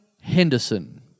Henderson